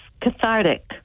cathartic